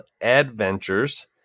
Adventures